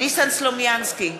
ניסן סלומינסקי,